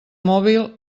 mòbil